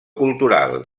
cultural